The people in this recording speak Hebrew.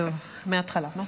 טוב, מהתחלה.